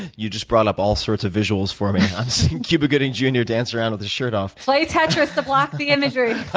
you just brought up all sorts of visuals for me. i'm seeing cuba gooding, jr. you know dance around with his shirt off. play tetris to block the imagery.